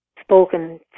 spoken